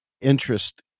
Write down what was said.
interest